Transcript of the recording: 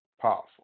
powerful